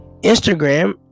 instagram